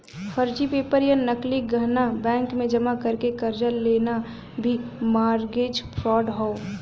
फर्जी पेपर या नकली गहना बैंक में जमा करके कर्जा लेना भी मारगेज फ्राड हौ